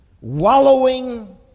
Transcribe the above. wallowing